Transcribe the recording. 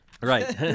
Right